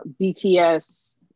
BTS